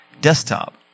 desktop